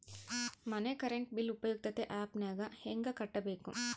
ಮನೆ current bill ಉಪಯುಕ್ತತೆ app ನಾಗ ಹೆಂಗ ಕಟ್ಟಬೇಕು?